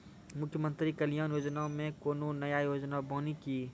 मुख्यमंत्री कल्याण योजना मे कोनो नया योजना बानी की?